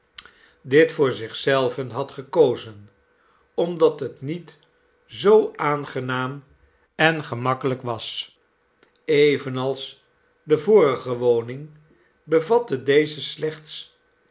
dit voor zich zelven had gekozen omdat het niet zoo aangenaam en gemakkelijk was evenals de vorige woning bevatte deze slechts